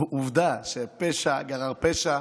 עובדה שפשע גרר פשע.